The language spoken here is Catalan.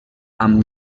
amb